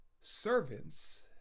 servants